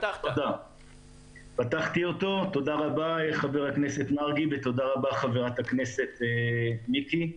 תודה רבה חבר הכנסת מרגי וחברת הכנסת חיימוביץ'.